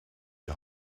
die